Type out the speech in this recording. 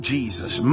Jesus